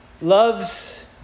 Loves